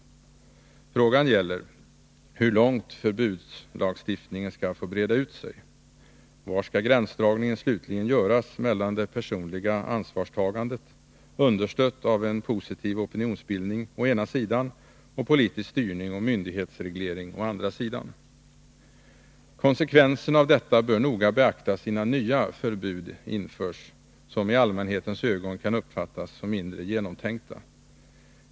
Frågan gäller hur långt förbudslagstiftningen skall få breda ut sig. Var skall gränsdragningen slutligen göras mellan det personliga ansvarstagandet, understött av en positiv opinionsbildning å ena sidan, och politisk styrning och myndighetsreglering å andra sidan? Konsekvenserna av detta bör noga beaktas innan nya förbud införs som i allmänhetens ögon kan uppfattas som mindre genomtänkta.